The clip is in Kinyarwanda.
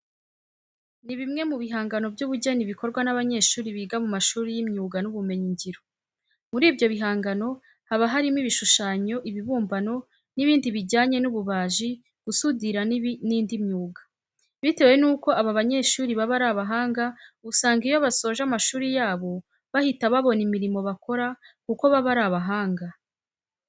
Ni bimwe mu bihangano by'ubugeni bikorwa n'abanyeshuri biga mu mashuri y'imyuga n'ibumenyingiro. Muri ibyo bihangano haba harimo ibishushanyo, ibibumbano n'ibindi bijyanye n'ububaji, gusudira n'indi myuga. Bitewe nuko aba banyeshuri baba ari abahanga usanga iyo basoje amashuri yabo bahita babona imirimo bakora kuko baba ari abahanga.